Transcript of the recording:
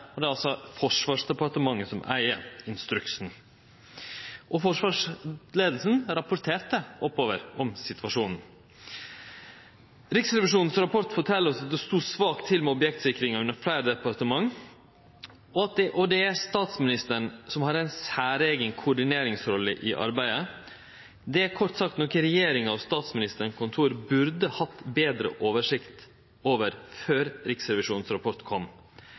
og det er altså Forsvarsdepartementet som eig instruksen. Og forsvarsleiinga rapporterte oppover om situasjonen. Riksrevisjonens rapport fortel oss at det stod dårleg til med objektsikringa under fleire departement, og det er statsministeren som har ei særeigen koordineringsrolle i arbeidet. Det er kort sagt noko regjeringa og Statsministerens kontor burde hatt betre oversikt over før Riksrevisjonens rapport kom.